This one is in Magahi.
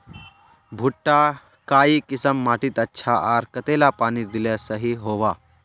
भुट्टा काई किसम माटित अच्छा, आर कतेला पानी दिले सही होवा?